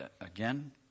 Again